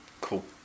Cool